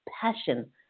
passion